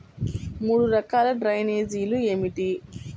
మూడు రకాల డ్రైనేజీలు ఏమిటి?